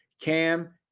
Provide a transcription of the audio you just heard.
Cam